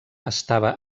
estava